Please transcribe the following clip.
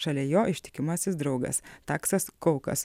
šalia jo ištikimasis draugas taksas kaukas